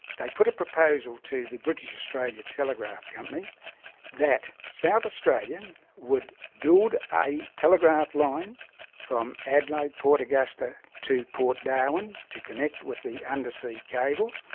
they put a proposal to the british australia telegraph company that south australia and would build a telegraph line from adelaide, port augusta to port darwin to connect with the undersea cable.